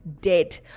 dead